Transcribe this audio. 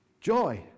joy